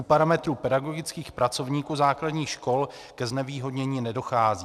U parametrů pedagogických pracovníků základních škol ke znevýhodnění nedochází.